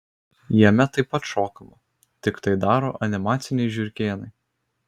jame taip pat šokama tik tai daro animaciniai žiurkėnai